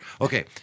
Okay